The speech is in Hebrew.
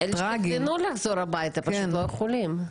הם תכננו לחזור הביתה, פשוט לא יכולים.